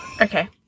Okay